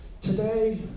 Today